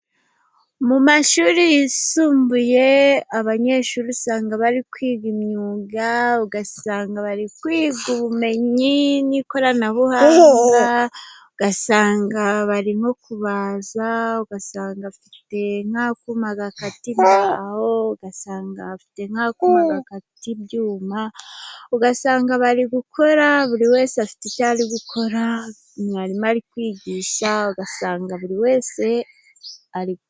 Mu mashuri yisumbuye, abanyeshuri usanga bari kwiga imyuga, ugasanga bari kwiga ubumenyi n'ikoranabuhanga, ugasanga barimo kubaza, ugasanga afite nk'akuma gakata imbaho, ugasanga afite n'akuma gakata ibyuma, ugasanga bari gukora, buri wese afite icyo ari gukora, mwarimu ari kwigisha, ugasanga buri wese ari...